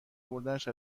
اوردنش